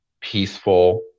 peaceful